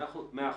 מאה אחוז.